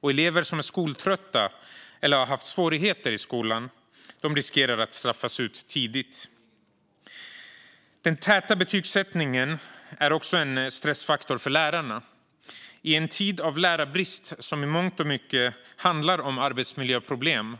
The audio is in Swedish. Och elever som är skoltrötta eller som har haft svårigheter i skolan riskerar att straffas ut tidigt. Den täta betygsättningen är också en stressfaktor för lärarna. I en tid av lärarbrist som i mångt och mycket handlar om arbetsmiljöproblem